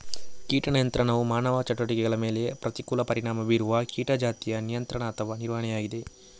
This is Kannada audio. ಕೀಟ ನಿಯಂತ್ರಣವು ಮಾನವ ಚಟುವಟಿಕೆಗಳ ಮೇಲೆ ಪ್ರತಿಕೂಲ ಪರಿಣಾಮ ಬೀರುವ ಕೀಟ ಜಾತಿಯ ನಿಯಂತ್ರಣ ಅಥವಾ ನಿರ್ವಹಣೆಯಾಗಿದೆ